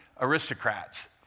aristocrats